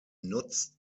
nutzt